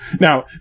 now